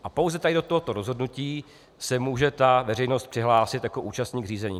A pouze tady do tohoto rozhodnutí se může veřejnost přihlásit jako účastník řízení.